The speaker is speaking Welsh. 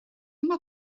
mae